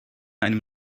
einem